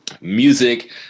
music